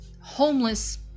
homeless